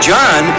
John